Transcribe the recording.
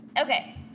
Okay